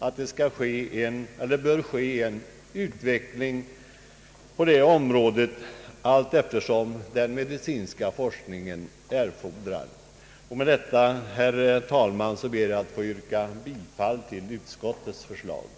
Innebörden av vad som föreslagits i propositionen vore, att riksdagens samtycke skulle begäras till förordnande om fortsatt valutareglering för tiden den 1 juli 1970—den 30 juni 1971 med samma omfattning som den nu gällande valutaregleringen. en vid en tidpunkt då valutaläget hade stabiliserats.